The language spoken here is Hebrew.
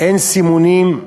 אין סימונים,